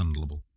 handleable